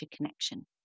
connection